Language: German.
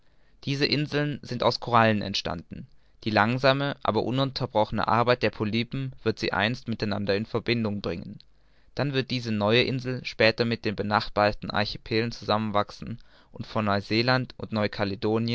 diese inseln sind aus korallen entstanden die langsame aber ununterbrochene arbeit der polypen wird sie einst mit einander in verbindung bringen dann wird diese neue insel später mit den benachbarten archipelen zusammen wachsen und von neuseeland und